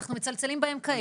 אנחנו מצלצלים בהם כעת.